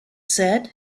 said